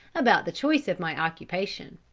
about the choice of my occupation.